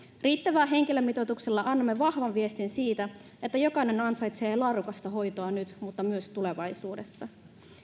riittävällä henkilömitoituksella annamme vahvan viestin siitä että jokainen ansaitsee laadukasta hoitoa nyt mutta myös tulevaisuudessa